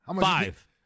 Five